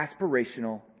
Aspirational